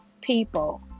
people